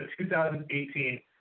2018